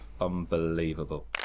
Unbelievable